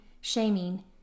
shaming